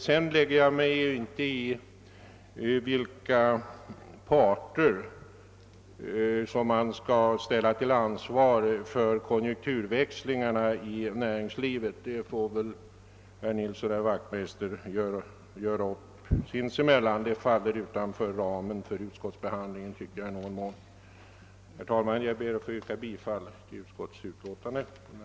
Sedan lägger jag mig inte i vilka parter som bör ställas till ansvar för konjunkturväxlingarna i näringslivet och deras inverkan på avverkningarnas omfattning. Det får herrar Nilsson och Wachtmeister göra upp sinsemellan. Det faller utom ramen för utskottsbehandlingen. Herr talman! Jag ber att få yrka bifall till utskottets hemställan.